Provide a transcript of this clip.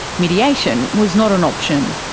mediation was not an option.